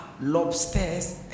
lobsters